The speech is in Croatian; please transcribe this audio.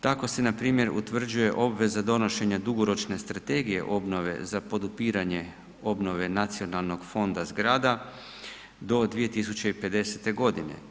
Tako se npr. utvrđuje obveza donošenja dugoročne Strategije obnove za podupiranje obnove nacionalnog fonda zgrada do 2050. godine.